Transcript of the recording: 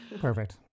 Perfect